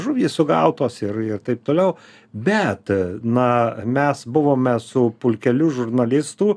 žuvys sugautos ir ir taip toliau bet na mes buvome su pulkeliu žurnalistu